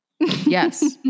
yes